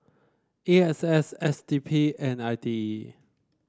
A X S S D P and I T E